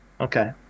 Okay